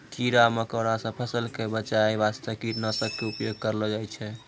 कीड़ा मकोड़ा सॅ फसल क बचाय वास्तॅ कीटनाशक के उपयोग करलो जाय छै